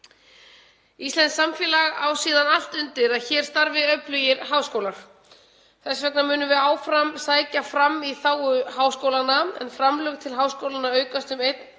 Íslenskt samfélag á síðan allt undir að hér starfi öflugir háskólar. Þess vegna munum við áfram sækja fram í þágu háskólanna en framlög til háskólanna aukast um 1,4